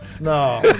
No